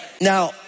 now